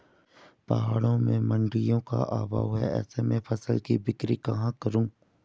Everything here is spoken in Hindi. पहाड़ों में मडिंयों का अभाव है ऐसे में फसल की बिक्री कहाँ करूँ?